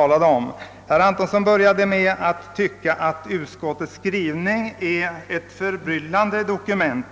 anförande. Herr Antonsson började med att påstå att utskottets utlåtande är ett förbryllande dokument.